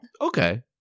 Okay